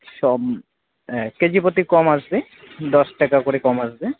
সব হ্যাঁ K G প্রতি কম আসবে দশ টাকা করে কম আসবে